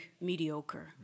mediocre